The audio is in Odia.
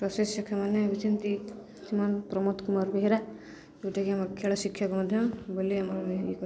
ପ୍ରଶିକ୍ଷଣ ଶିକଷମାନେ ହେଉଛନ୍ତି ସେମାନେ ପ୍ରମୋଦ କୁମାର ବେହେରା ଯେଉଁଟାକି ଆମର ଖେଳ ଶିକ୍ଷକ ମଧ୍ୟ ବୋଲି ଆମର